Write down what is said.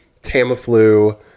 Tamiflu